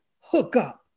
hookup